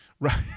Right